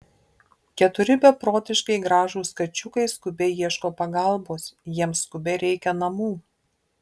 keturi beprotiškai gražūs kačiukai skubiai ieško pagalbos jiems skubiai reikia namų